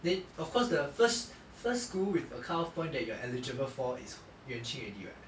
they of course the first first school with a cut off point that you are eligible for is yuan ching already [what]